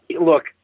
look